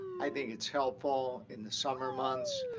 i think it's helpful in the summer months.